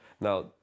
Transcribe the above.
Now